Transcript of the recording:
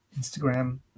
instagram